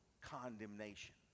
condemnation